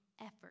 effort